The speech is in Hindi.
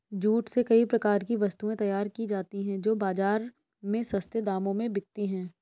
जूट से कई प्रकार की वस्तुएं तैयार की जाती हैं जो बाजार में सस्ते दामों में बिकती है